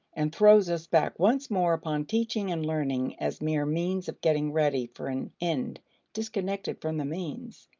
and throws us back, once more, upon teaching and learning as mere means of getting ready for an end disconnected from the means.